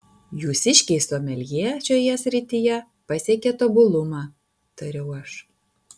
jūsiškiai someljė šioje srityje pasiekė tobulumą tariau aš